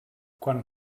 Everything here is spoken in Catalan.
quan